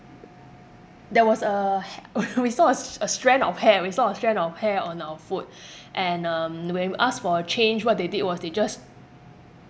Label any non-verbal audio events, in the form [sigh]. there was a ha~ [laughs] we saw a str~ a strand of hair we saw a strand of hair on our food and um when we asked for a change what they did was they just